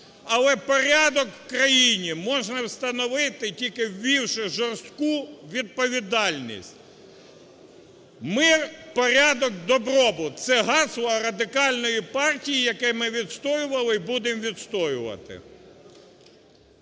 але порядок в крані можна встановити тільки ввівши жорстку відповідальність. "Ми – порядок, добробут". Це гасло Радикальної партії, яке ми відстоювали і будемо відстоювати.